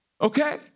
okay